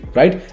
right